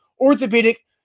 orthopedic